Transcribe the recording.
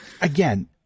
again